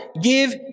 give